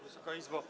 Wysoka Izbo!